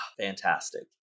fantastic